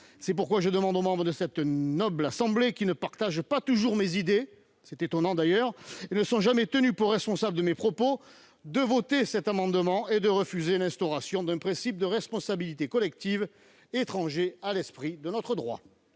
C'est pourquoi je demande aux membres de cette noble assemblée, qui ne partagent pas toujours mes idées, ce qui est étonnant, et ne sont pas tenus pour responsables de mes propos, de voter cet amendement et de refuser l'instauration d'un principe de responsabilité collective, étranger à l'esprit de notre droit.